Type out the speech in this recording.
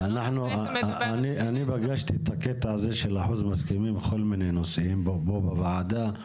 אני פגשתי את עניין אחוז המסכימים בכל מיני נושאים פה בוועדה.